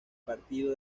partido